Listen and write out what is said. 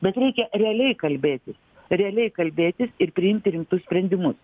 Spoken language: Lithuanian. bet reikia realiai kalbėtis realiai kalbėtis ir priimti rimtus sprendimus